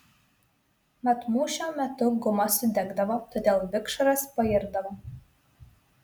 mat mūšio metu guma sudegdavo todėl vikšras pairdavo